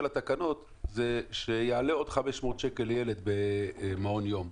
התקנות היא שיעלה עוד 500 שקל לילד במעון יום,